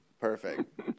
Perfect